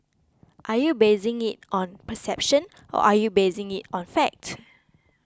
are you basing it on perception or are you basing it on fact